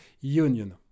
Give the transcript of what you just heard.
union